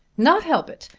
not help it,